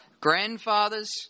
grandfathers